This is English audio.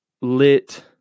lit